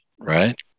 right